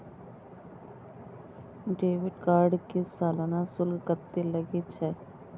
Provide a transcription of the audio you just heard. Debit card के सालाना शुल्क कत्ते लगे छै?